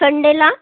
संडेला